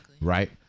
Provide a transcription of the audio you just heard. right